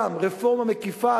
גם רפורמה מקיפה,